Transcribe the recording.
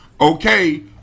okay